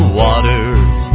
waters